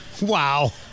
Wow